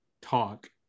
talk